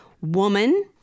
woman